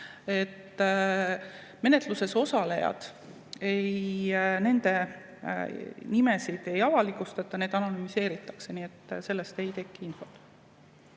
Menetluses osalejate nimesid ei avalikustata, need anonümiseeritakse, nii et sellest ei teki infot.